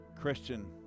Christian